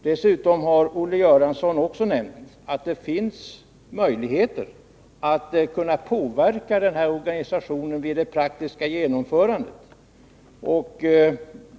Dessutom har Olle Göransson också nämnt att det finns möjligheter att påverka denna organisation vid det praktiska genomförandet.